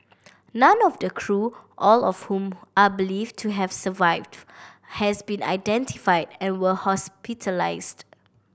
none of the crew all of whom are believed to have survived has been identified and were hospitalised